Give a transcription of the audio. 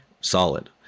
solid